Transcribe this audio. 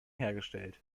hergestellt